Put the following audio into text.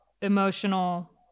emotional